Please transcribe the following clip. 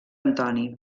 antoni